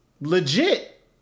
legit